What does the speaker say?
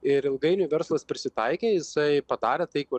ir ilgainiui verslas prisitaikė jisai padarė tai ko